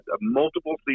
multiple